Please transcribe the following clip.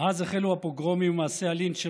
מאז החלו הפוגרומים ומעשי הלינץ' של